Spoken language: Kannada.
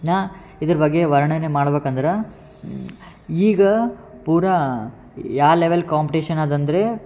ನಾ ಇದ್ರ ಬಗ್ಗೆ ವರ್ಣನೆ ಮಾಡ್ಬೇಕ್ ಅಂದ್ರೆ ಈಗ ಪೂರಾ ಯಾ ಲೆವೆಲ್ ಕಾಂಪ್ಟೇಶನ್ ಅದು ಅಂದರೆ